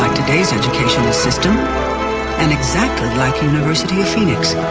like today's educational system and exactly like university of phoenix.